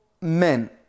men